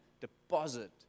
deposit